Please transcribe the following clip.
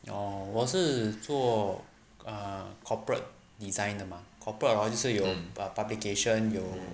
哦我是做 err corporate design 的吗 corporate hor 就是有 err publication 有